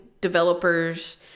developers